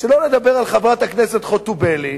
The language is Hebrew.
שלא לדבר על חברת הכנסת חוטובלי.